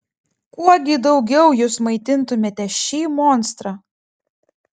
kuo gi daugiau jūs maitintumėte šį monstrą